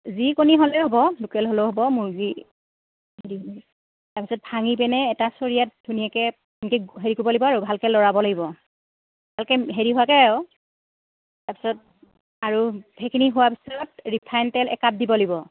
যি কণী হ'লেও হ'ব লোকেল হ'লেও হ'ব মুৰ্গী তাৰপিছত ভাঙি পেনে এটা চৰিয়াত ধুনীয়াকৈ এনকে হেৰি কৰিব লাগিব আৰু ভালকৈ লৰাব লাগিব ভালকৈ হেৰি হোৱাকৈ আৰু তাৰপিছত আৰু সেইখিনি হোৱাৰ পিছত ৰিফাইণ্ড তেল একাপ দিব লাগিব